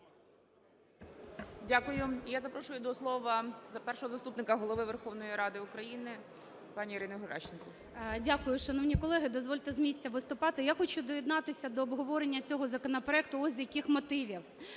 Дякую. І я запрошую до слова Першого заступника Голови Верховної Ради України пані Ірину Геращенко. 17:15:16 ГЕРАЩЕНКО І.В. Дякую, шановні колеги. Дозвольте з місця виступати. Я хочу доєднатися до обговорення цього законопроекту ось з яких мотивів.